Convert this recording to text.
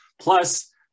Plus